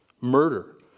murder